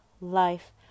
life